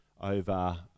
over